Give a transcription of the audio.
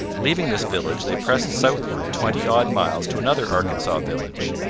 leaving this village, they pressed southward twenty odd miles to another arkansas village.